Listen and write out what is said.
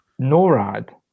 NORAD